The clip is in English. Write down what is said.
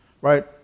right